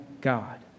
God